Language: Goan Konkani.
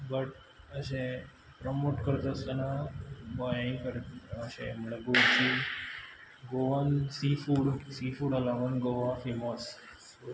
बट अशें प्रमोट करतासतना गोंय अशें म्हणल्यार अशें Goan seafood seafood Goa famous